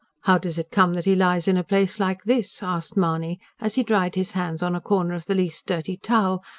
how does it come that he lies in a place like this? asked mahony, as he dried his hands on a corner of the least dirty towel,